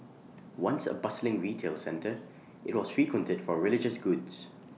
once A bustling retail centre IT was frequented for religious goods